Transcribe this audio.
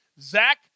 Zach